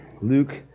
Luke